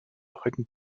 breiten